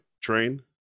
train